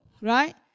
right